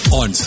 on